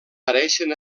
pareixen